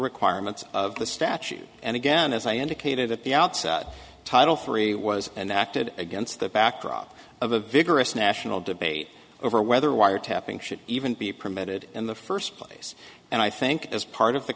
requirements of the statute and again as i indicated at the outset title three was enacted against the backdrop of a vigorous national debate over whether wiretapping should even be permitted in the first place and i think as part of the